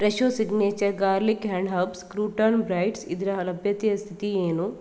Fresho signature garlic and herbs crouton bites ಇದರ ಲಭ್ಯತೆಯ ಸ್ಥಿತಿ ಏನು